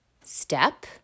step